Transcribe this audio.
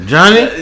Johnny